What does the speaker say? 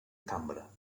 cambra